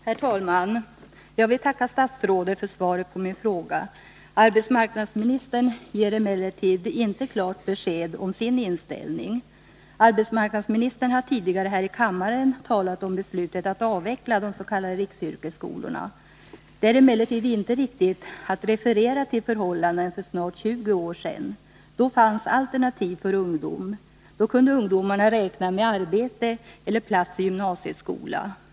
Herr talman! Jag vill tacka arbetsmarknadsministern för svaret på min fråga. Arbetsmarknadsministern ger emellertid inte klart besked om sin inställning. Han har tidigare här i kammaren talat om ett beslut att avveckla de s.k. riksyrkesskolorna. Det är emellertid inte riktigt att referera till de förhållanden som rådde för snart 20 år sedan. Då fanns det alternativ för ungdom. Då kunde ungdomarna räkna med arbete eller plats i gymnasieskolan.